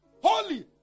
Holy